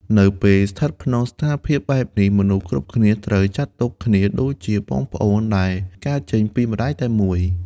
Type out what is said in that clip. នៅពេលស្ថិតក្នុងស្ថានភាពបែបនេះ មនុស្សគ្រប់គ្នាត្រូវចាត់ទុកគ្នាដូចជាបងប្អូនដែលកើតចេញពី «ម្ដាយតែមួយ»។